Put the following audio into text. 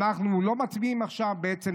אנחנו לא מצביעים עכשיו בעצם,